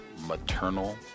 maternal